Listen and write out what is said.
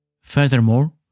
Furthermore